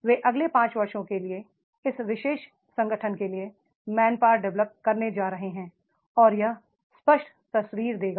वे अगले 5 वर्षों के लिए इस विशेष संगठन के लिए मैंनपावर डेवलप करने जा रहे हैं और यह स्पष्ट तस्वीर देगा